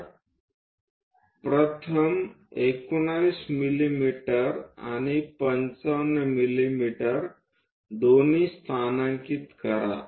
तर प्रथम 19 मिमी आणि 55 मिमी दोन्ही स्थानांकित करा